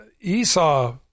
Esau